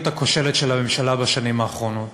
הכושלת של הממשלה בשנים האחרונות.